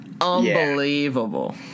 unbelievable